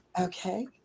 Okay